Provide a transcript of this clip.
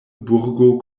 burgo